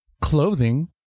clothing